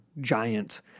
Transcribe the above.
giant